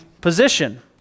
position